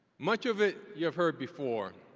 much of it you have heard before.